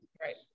right